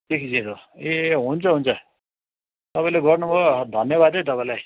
six zero ए हुन्छ हुन्छ तपाईँले गर्नुभयो धन्यवाद है तपाईँलाई